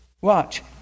watch